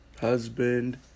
husband